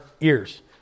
ears